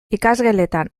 ikasgeletan